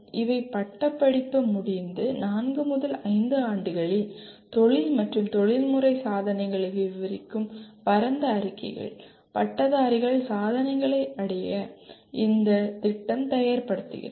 இவை பட்டப்படிப்பு முடிந்து நான்கு முதல் ஐந்து ஆண்டுகளில் தொழில் மற்றும் தொழில்முறை சாதனைகளை விவரிக்கும் பரந்த அறிக்கைகள் பட்டதாரிகள் சாதனைகளை அடைய இந்த திட்டம் தயார்படுத்துகிறது